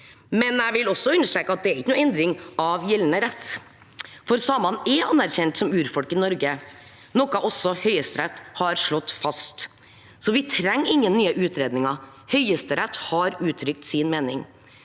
men jeg vil også understreke at det ikke er noen endring av gjeldende rett. Samene er anerkjent som urfolk i Norge, noe også Høyesterett har slått fast. Vi trenger ingen nye utredninger. Høyesterett har uttrykt sin mening.